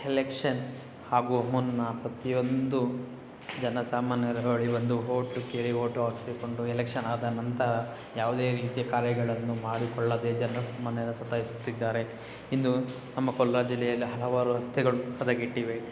election ಹಾಗೂ ಮುನ್ನ ಪ್ರತಿಯೊಂದು ಜನಸಾಮಾನ್ಯರ ಬಳಿ ಬಂದು ವೋಟು ಕೇಳಿ ವೋಟು ಹಾಕಿಸಿಕೊಂಡು ಎಲೆಕ್ಷನ್ ಆದ ನಂತರ ಯಾವುದೇ ರೀತಿಯ ಕರೆಗಳನ್ನು ಮಾಡಿಕೊಳ್ಳದೆ ಜನಸಾಮಾನ್ಯರ ಸತಾಯಿಸುತ್ತಿದ್ದಾರೆ ಇನ್ನು ನಮ್ಮ ಕೋಲಾರ ಜಿಲ್ಲೆಯಲ್ಲಿ ಹಲವಾರು ರಸ್ತೆಗಳು ಹದಗೆಟ್ಟಿವೆ